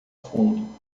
fundo